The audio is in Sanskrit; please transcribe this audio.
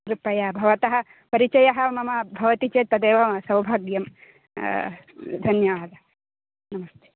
कृपया भवतः परिचयः मम भवति चेत् तदेव मम सौभाग्यं धन्यवादः नमस्ते